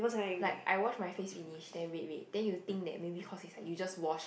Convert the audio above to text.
like I wash my face finish then red red then you think that maybe cause it's like you just wash